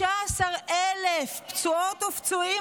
13,000 פצועות ופצועים,